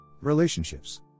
Relationships